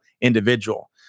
individual